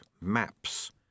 maps